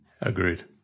Agreed